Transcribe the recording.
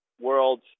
world